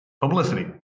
Publicity